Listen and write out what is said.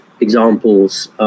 examples